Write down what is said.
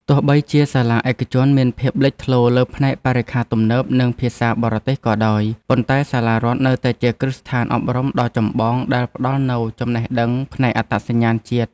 ទោះបីជាសាលាឯកជនមានភាពលេចធ្លោលើផ្នែកបរិក្ខារទំនើបនិងភាសាបរទេសក៏ដោយ ប៉ុន្តែសាលារដ្ឋនៅតែជាគ្រឹះស្ថានអប់រំដ៏ចម្បងដែលផ្ដល់នូវចំណេះដឹងផ្នែកអត្តសញ្ញាណជាតិ។